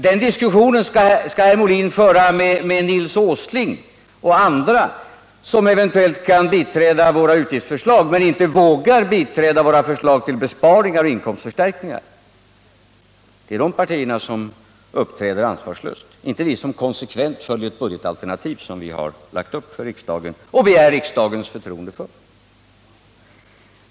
Den diskussionen skall herr Molin föra med Nils Åsling och andra, som eventuellt kan biträda våra utgiftsförslag men inte vågar biträda våra förslag till besparingar och inkomstförstärkningar. Det är de partierna som uppträder ansvarslöst, inte vi som konsekvent följer ett budgetalternativ som vi har lagt upp för riksdagen och begär riksdagens förtroende för.